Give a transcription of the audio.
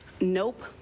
Nope